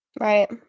Right